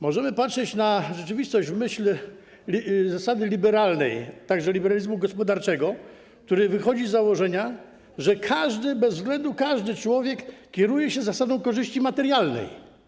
Możemy patrzeć na rzeczywistość w myśl zasady liberalnej, także liberalizmu gospodarczego, który wychodzi z założenia, że, bezwzględnie każdy człowiek kieruje się zasadą korzyści materialnej.